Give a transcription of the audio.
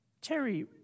Terry